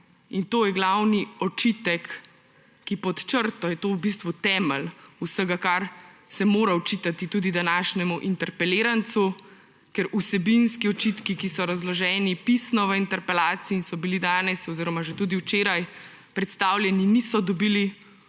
To je glavni očitek, pod črto je to v bistvu temelj vsega, kar se mora očitati tudi današnjemu interpelirancu, ker vsebinski očitki, ki so razloženi pisno v interpelaciji in so bili danes oziroma že tudi včeraj predstavljeni, niso dobili